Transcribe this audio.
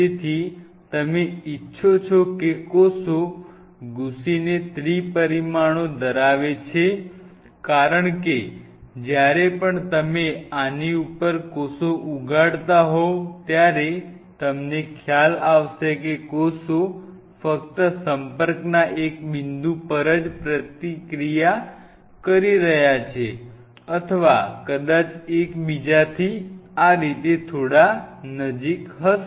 તેથી તમે ઇચ્છો છો કે કોષો ઘૂસીને ત્રિપરિમાણો ધરાવે છે કારણ કે જ્યારે પણ તમે આની ઉપર કોષ ઉગાડતા હોવ ત્યારે તમને ખ્યાલ આવશે કે કોષો ફક્ત સંપર્કના એક બિંદુ પર જ ક્રિયાપ્રતિક્રિયા કરી રહ્યા છે અથવા કદાચ એકબીજાથી આ રીતે થોડાં નજીક હશે